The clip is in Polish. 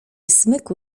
smyku